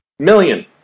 Million